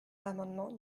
l’amendement